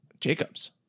Jacobs